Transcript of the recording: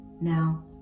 Now